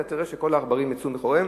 אתה תראה שכל העכברים יצאו מחוריהם.